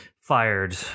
fired